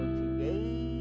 today